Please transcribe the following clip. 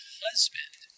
husband